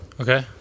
okay